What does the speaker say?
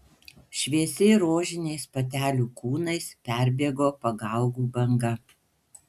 šviesiai rožiniais patelių kūnais perbėgo pagaugų banga